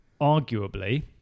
arguably